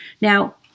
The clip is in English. now